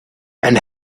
and